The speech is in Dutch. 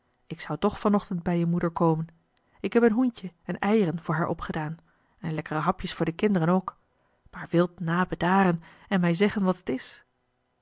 ik zou toch van ochtend bij je moeder komen ik heb een hoentje en eieren voor haar opgedaan en lekkere hapjes voor de kinderen ook maar wilt n bedaren en mij zeggen wat het is